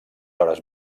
hores